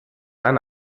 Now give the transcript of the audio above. eine